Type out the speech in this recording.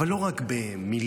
לא רק במילים,